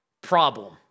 Problem